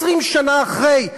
20 שנה אחרי,